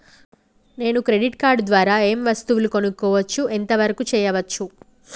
నేను credit card ద్వారా ఏం వస్తువులు కొనుక్కోవచ్చు ఎంత వరకు చేయవచ్చు?